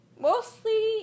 Mostly